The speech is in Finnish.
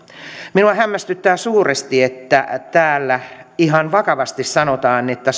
minua hämmästyttää suuresti että täällä ihan vakavasti sanotaan että